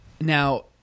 Now